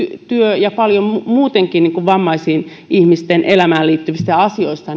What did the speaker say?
työstä että muutenkin vammaisten ihmisten elämään liittyvistä asioista